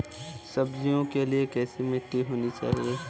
सब्जियों के लिए कैसी मिट्टी होनी चाहिए?